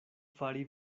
fari